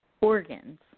organs